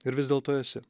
ir vis dėlto esi